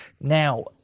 Now